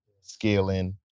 scaling